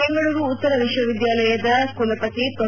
ಬೆಂಗಳೂರು ಉತ್ತರ ವಿಶ್ವವಿದ್ಯಾಲಯದ ಕುಲಪತಿ ಪ್ರೊ